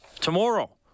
Tomorrow